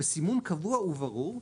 בסימון קבוע וברור,